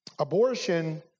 Abortion